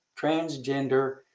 transgender